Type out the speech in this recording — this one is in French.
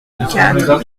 quatre